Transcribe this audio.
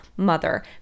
mother